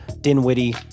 Dinwiddie